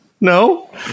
No